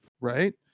Right